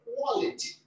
quality